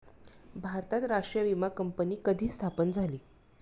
भारतात राष्ट्रीय विमा कंपनी कधी स्थापन झाली?